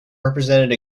represented